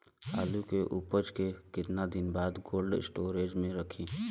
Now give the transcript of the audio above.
आलू के उपज के कितना दिन बाद कोल्ड स्टोरेज मे रखी?